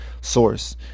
source